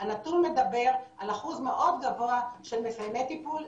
הנתון מדבר על אחוז מאוד גבוה של מסיימי טיפול,